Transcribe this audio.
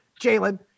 Jalen